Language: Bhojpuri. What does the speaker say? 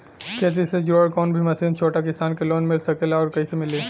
खेती से जुड़ल कौन भी मशीन छोटा किसान के लोन मिल सकेला और कइसे मिली?